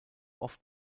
oft